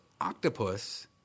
octopus